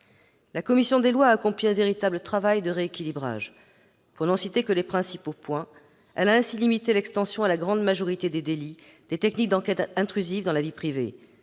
La commission des lois a accompli un véritable travail de rééquilibrage. Pour n'en citer que les principaux points, elle a limité l'extension à la grande majorité des délits des techniques d'enquête intrusives dans la vie privée.